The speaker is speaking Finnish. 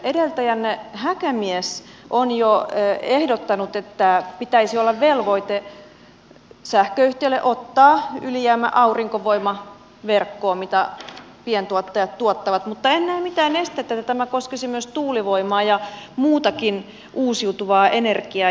edeltäjänne häkämies on jo ehdottanut että pitäisi olla velvoite sähköyhtiölle ottaa verkkoon ylijäämäaurinkovoima mitä pientuottajat tuottavat mutta en näe mitään estettä että tämä koskisi myös tuulivoimaa ja muutakin uusiutuvaa energiaa